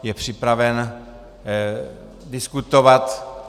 Je připraven diskutovat.